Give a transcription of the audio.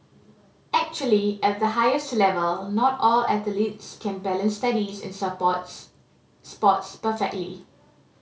actually at the highest level not all athletes can balance studies and sports sports perfectly